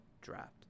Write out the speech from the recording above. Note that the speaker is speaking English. draft